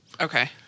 Okay